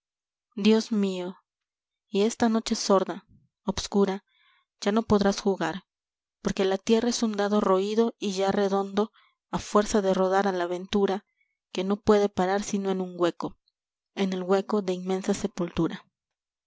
dios mío y esta noche sorda oscura ya no podrás jugar porque la tierra es un dado roído y ya redondo a fuerza de rodar a la aventura que no puede parar si no en un hueco en el hueco de inmensa sepultura